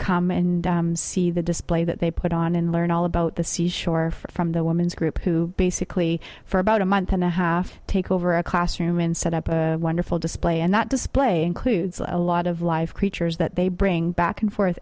come and see the display that they put on and learn all about the seashore from the woman's group who basically for about a month and a half take over a classroom and set up a wonderful display and that display includes a lot of live creatures that they bring back and forth